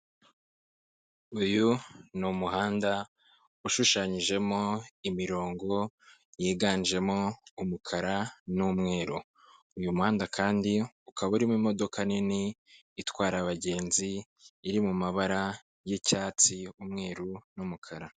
Uyu ni umuhanda ushushanyijemo imirongo yiganjemo umukara n'umweru uyu muhanda kandi ukaba urimo imodoka nini itwara abagenzi iri mu mabara y'icyatsi, umweruru n'umukara.